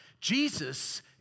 Jesus